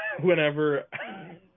Whenever